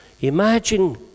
Imagine